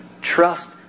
Trust